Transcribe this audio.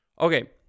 Okay